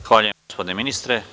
Zahvaljujem, gospodine ministre.